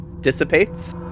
dissipates